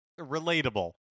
relatable